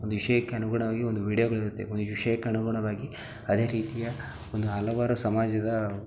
ಒಂದು ವಿಷಯಕ್ಕೆ ಅನುಗುಣವಾಗಿ ಒಂದು ವೀಡಿಯೋಗಳಿರುತ್ತೆ ಒಂದು ವಿಷಯಕ್ಕೆ ಅನುಗುಣವಾಗಿ ಅದೇ ರೀತಿಯ ಒಂದು ಹಲವಾರು ಸಮಾಜದ